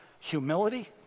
humility